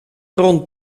rond